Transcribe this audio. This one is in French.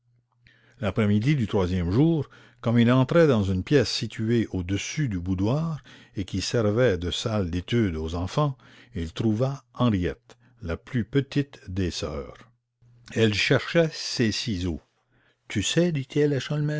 mais le troisième jour après le déjeuner comme il entrait dans la pièce contiguë au boudoir et qui servait de salles d'études aux enfants il trouva henriette la plus petite des sœurs elle cherchait ses ciseaux tu sais